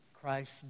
Christ